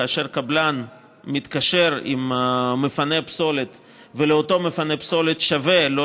כאשר קבלן מתקשר עם מפנה הפסולת ולאותו מפנה פסולת שווה שלא